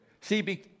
See